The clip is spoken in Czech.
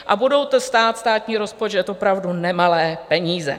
A bude to stát státní rozpočet opravdu nemalé peníze.